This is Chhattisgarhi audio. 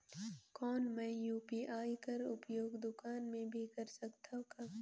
कौन मै यू.पी.आई कर उपयोग दुकान मे भी कर सकथव का?